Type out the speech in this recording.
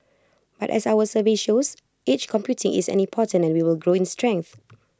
but as our survey shows edge computing is any important and will grow in strength